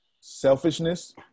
Selfishness